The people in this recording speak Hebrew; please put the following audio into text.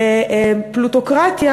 פלוטוקרטיה,